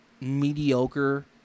mediocre